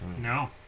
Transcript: no